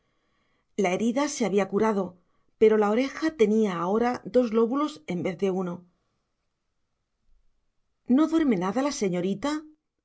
la herida se había curado pero la oreja tenía ahora dos lóbulos en vez de uno no duerme nada la señorita